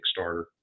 Kickstarter